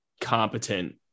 competent